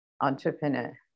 entrepreneur